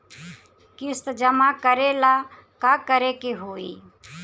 किस्त जमा करे ला का करे के होई?